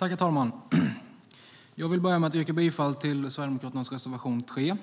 Herr talman! Jag vill börja med att yrka bifall till Sverigedemokraternas reservation 3.